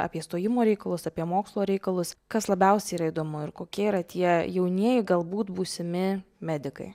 apie stojimo reikalus apie mokslo reikalus kas labiausiai yra įdomu ir kokie yra tie jaunieji galbūt būsimi medikai